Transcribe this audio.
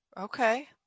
Okay